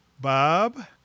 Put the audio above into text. Bob